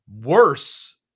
worse